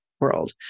world